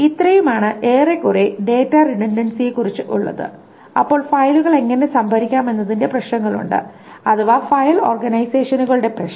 ഇത്രയുമാണ് ഏറെക്കുറെ ഡാറ്റ റിഡൻഡൻസിയെക്കുറിച്ച് ഉള്ളത് അപ്പോൾ ഫയലുകൾ എങ്ങനെ സംഭരിക്കാം എന്നതിന്റെ പ്രശ്നങ്ങളുണ്ട് അഥവാ ഫയൽ ഓർഗനൈസേഷനുകളുടെ പ്രശ്നം